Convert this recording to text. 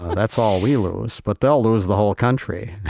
that's all we lose. but they'll lose the whole country,